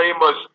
famous